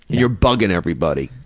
you're bugging everybody.